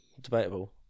debatable